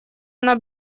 она